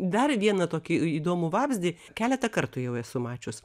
dar vieną tokį įdomų vabzdį keletą kartų jau esu mačius